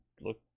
look